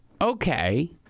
okay